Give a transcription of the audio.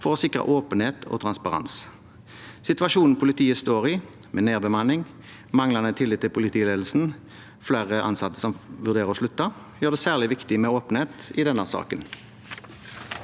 for å sikre åpenhet og transparens. Situasjonen politiet står i – med nedbemanning, manglende tillit til politiledelsen, at flere ansatte vurderer å slutte – gjør det særlig viktig med åpenhet i denne saken.